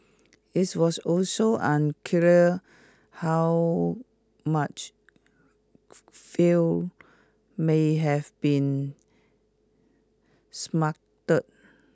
this was also unclear how much fuel may have been